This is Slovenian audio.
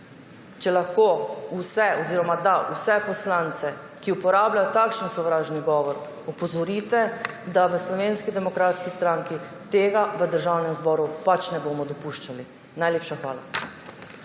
Zato lepo prosim, da vse poslance, ki uporabljajo takšen sovražni govor, opozorite, da v Slovenski demokratski stranki tega v Državnem zboru pač ne bomo dopuščali. Najlepša hvala.